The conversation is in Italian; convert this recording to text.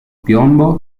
piombo